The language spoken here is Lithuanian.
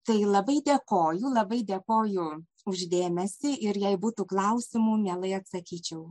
tai labai dėkoju labai dėkoju už dėmesį ir jei būtų klausimų mielai atsakyčiau